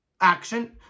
action